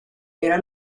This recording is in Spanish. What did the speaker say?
era